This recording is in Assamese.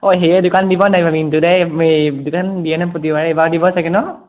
অঁ হেৰিয়ে দোকান দিব নাই এইবাৰ মিণ্টুদাই এই দোকান দিয়ে নহয় প্ৰতিবাৰে এইবাৰো দিব চাগৈ ন